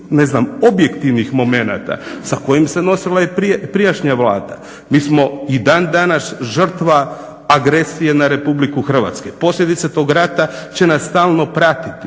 ne znam objektivnih momenata sa kojim se nosila i prijašnja Vlada. Mi smo i dan danas žrtva agresije na RH. Posljedice tog rata će nas stalno pratiti.